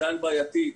עדיין בעייתית,